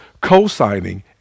co-signing